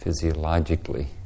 physiologically